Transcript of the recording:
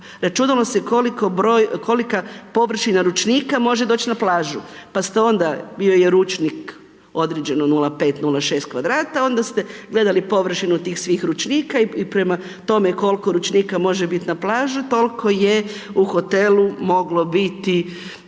računalo se kolika površina ručnika može doći na plažu. Pa ste onda, bio je ručnik određeno 0,5, 0,6 kvadrata, onda ste gledali površinu svih tih ručnika i prema tome koliko ručnika može biti na plaži, toliko je u hotelu moglo biti